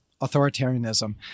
authoritarianism